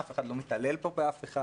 אף אחד לא מתעלל פה באף אחד.